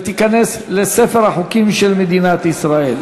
והחוק ייכנס לספר החוקים של מדינת ישראל.